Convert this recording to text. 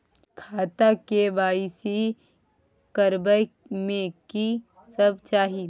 खाता के के.वाई.सी करबै में की सब चाही?